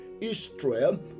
Israel